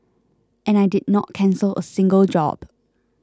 and I did not cancel a single job